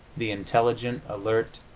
the intelligent, alert,